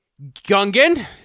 Gungan